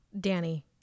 danny